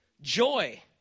joy